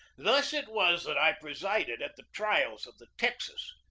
thus it was that i presided at the trials of the texas,